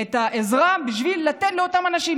את העזרה בשביל לתת לאותם אנשים.